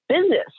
business